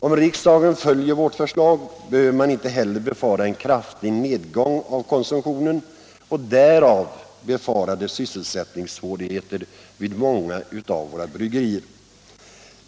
Om riksdagen följer vårt förslag behöver man inte heller befara en kraftig nedgång av konsumtionen och därav betingade sysselsättningssvårigheter vid många av våra bryggerier.